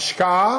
ולכן,